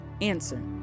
answer